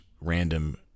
random